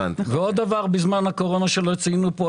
ועוד דבר שלא ציינו כאן,